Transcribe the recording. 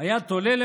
היה תולה,